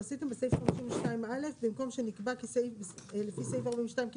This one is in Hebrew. עשיתם בסעיף 52 א' במקום שנקבע לפי סעיף 42,